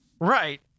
Right